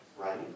Right